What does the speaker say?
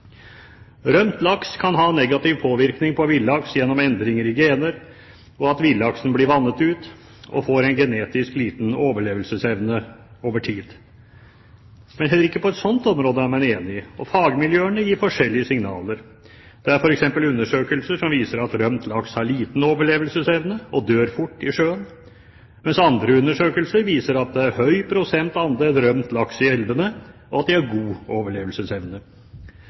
kan ha negativ påvirkning på villaks gjennom endringer i gener, og at villaksen blir vannet ut og får genetisk liten overlevelsesevne over tid. Men heller ikke på et slikt område er man enige og fagmiljøene gir forskjellige signaler. Det er f.eks. undersøkelser som viser at rømt laks har liten overlevelsesevne og dør fort i sjøen, mens andre undersøkelser viser at det er høy prosent andel rømt laks i elvene og at de har god overlevelsesevne.